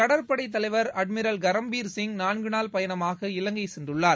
கடற்படை தலைவர் அட்மிரல் கரம்பீர் சிங் நான்கு நாள் பயணமாக இலங்கை சென்றுள்ளார்